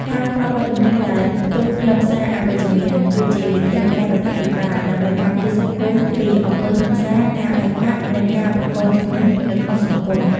ហាមឃាត់បទចម្រៀងដែលផ្ទុកខ្លឹមសារអវិជ្ជមាន គឺជាវិធានការរដ្ឋាភិបាល ដើម្បីការពារសង្គមពីអំពើហិង្សា ការបែកបាក់ និងការបង្កជម្លោះនៅក្នុងសង្គម។